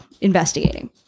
investigating